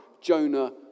Jonah